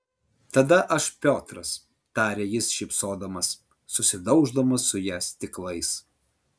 tada aš piotras tarė jis šypsodamas susidauždamas su ja stiklais